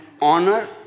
honor